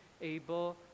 able